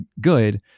good